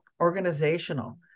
organizational